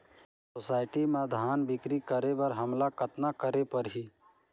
Society म धान बिक्री करे बर हमला कतना करे परही?